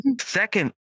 Second